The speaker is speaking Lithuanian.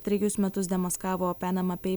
trejus metus demaskavo penama pei